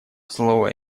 слово